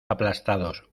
aplastados